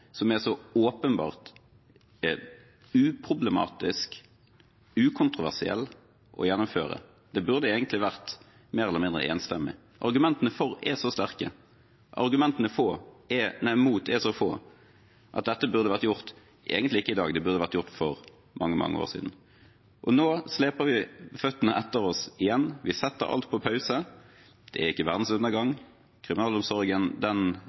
som er så åpenbart uproblematisk og ukontroversiell å gjennomføre. Det burde egentlig ha vært mer eller mindre enstemmig. Argumentene for er så sterke, og argumentene imot er så få at dette burde egentlig ikke ha vært gjort i dag – det burde ha vært gjort for mange år siden. Nå sleper vi føttene etter oss igjen. Vi setter alt på pause. Det er ikke verdens undergang, kriminalomsorgen